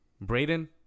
Braden